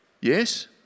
Yes